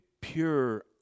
pure